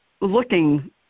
looking